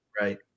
right